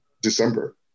December